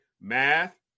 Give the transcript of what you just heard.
math